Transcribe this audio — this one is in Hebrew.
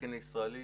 התקן הישראלי